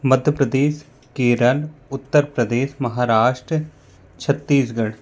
Madhya Pradesh Kerala Uttar Pradesh Maharashtra Chhattisgarh